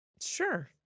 Sure